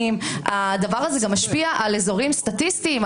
הדבר הזה גם משפיע על אזורים סטטיסטיים.